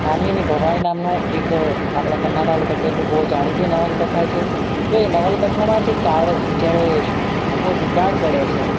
માનવીની ભવાઈ નામનું એક આપણા પન્નાલાલ પટેલની બહુ જાણીતી નવલકથા છે તો એ નવલકથામાં જે કાળુ જ્યારે સૂકો દુકાળ પડે છે